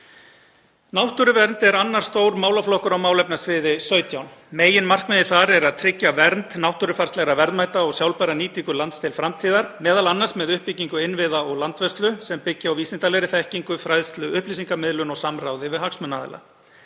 Náttúruvernd er annar stór málaflokkur á málefnasviði 17. Meginmarkmiðið þar er að tryggja vernd náttúrufarslegra verðmæta og sjálfbæra nýtingu lands til framtíðar, m.a. með uppbyggingu innviða og landvörslu, sem byggi á vísindalegri þekkingu, fræðslu, upplýsingamiðlun og samráði við hagsmunaaðila.